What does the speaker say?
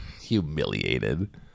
Humiliated